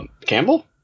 Campbell